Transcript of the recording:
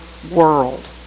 World